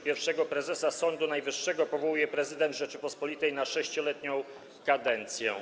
Pierwszego prezesa Sądu Najwyższego powołuje prezydent Rzeczypospolitej na sześcioletnią kadencję.